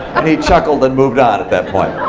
and he chuckled and moved on at that point.